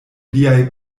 liaj